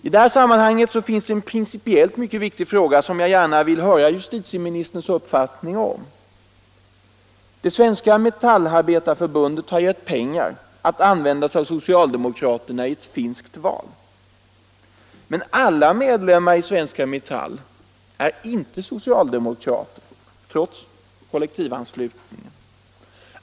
I detta sammanhang finns det en principiellt viktig fråga som jag gärna vill höra justitieministerns uppfattning om. Det svenska Metallarbetareförbundet har gett pengar att användas av socialdemokraterna i ett finskt val. Men alla medlemmar i svenska Metall är inte socialdemokrater, trots kollektivanslutningen.